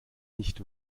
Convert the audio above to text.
nicht